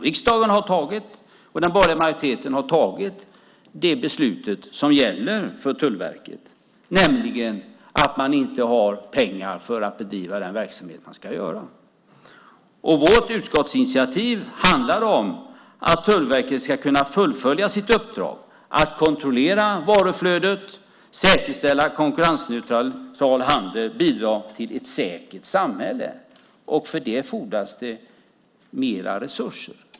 Riksdagen och den borgerliga majoriteten har tagit det beslut som gäller för Tullverket, nämligen att man inte har pengar att bedriva den verksamhet man ska. Vårt utskottsinitiativ handlar om att Tullverket ska kunna fullfölja sitt uppdrag att kontrollera varuflödet, säkerställa konkurrensneutral handel och bidra till ett säkert samhälle. För det fordras mer resurser.